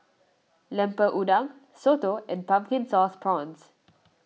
Lemper Udang Soto and Pumpkin Sauce Prawns